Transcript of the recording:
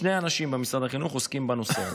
שני אנשים במשרד החינוך עוסקים בנושא הזה.